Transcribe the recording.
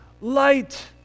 light